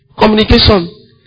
Communication